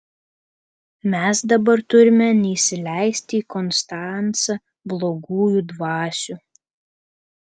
mes dabar turime neįsileisti į konstancą blogųjų dvasių